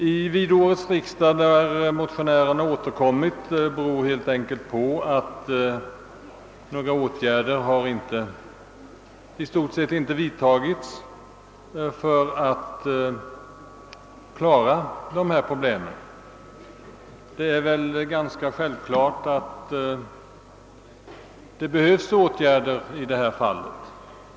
Anledningen till att motionärerna har återkommit till årets riksdag är att några åtgärder i stort sett inte har vidtagits för att lösa dessa problem. Det torde emellertid vara uppenbart att åtgärder behöver vidtagas.